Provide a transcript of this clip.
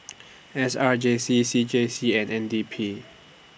S R J C C J C and N D P